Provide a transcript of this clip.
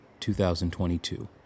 2022